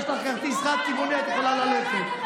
יש לך כרטיס חד-כיווני, את יכולה ללכת.